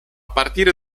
partire